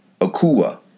Akua